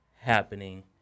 happening